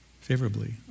favorably